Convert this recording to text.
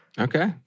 Okay